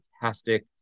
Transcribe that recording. fantastic